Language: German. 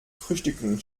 frühstücken